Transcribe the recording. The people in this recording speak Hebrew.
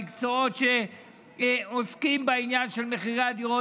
מהמקצועות שעוסקים בעניין של מחירי הדירות,